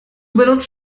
benutzt